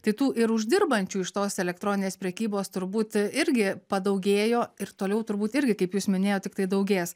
tai tų ir uždirbančių iš tos elektroninės prekybos turbūt irgi padaugėjo ir toliau turbūt irgi kaip jūs minėjot tik tai daugės